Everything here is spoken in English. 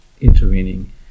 intervening